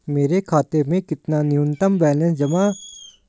मेरे खाते में कितना न्यूनतम बैलेंस रखा जाना चाहिए?